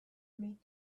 meet